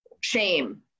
shame